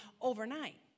overnight